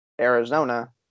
Arizona